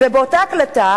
ולפי אותה הקלטה